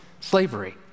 slavery